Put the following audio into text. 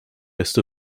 list